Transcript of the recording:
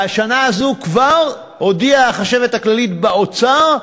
והשנה הזאת כבר הודיעה החשבת הכללית באוצר,